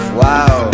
wow